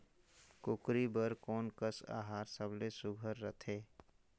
कूकरी बर कोन कस आहार सबले सुघ्घर रथे?